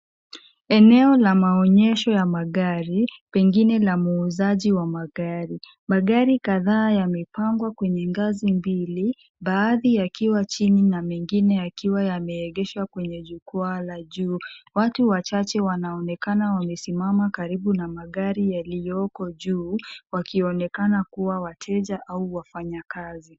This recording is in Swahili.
Eneo la maonyesho ya magari, pengine la muuzaji wa magari. Magari kadhaa yamepangwa kwenye ngazi mbili, baadhi yakiwa chini na mengine yakiwa yameegeshwa kwenye jukwaa la juu. Watu wachache wanaonekana wamesimama karibu na magari yalioko juu, wakionekana kuwa wateja au wafanyakazi.